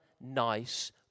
nice